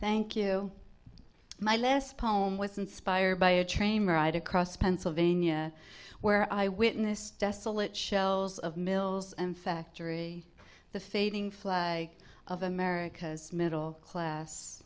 thank you my last poem was inspired by a train ride across pennsylvania where i witnessed desolate shells of mills and factory the fading flag of america's middle class